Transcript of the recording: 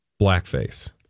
Blackface